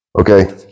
Okay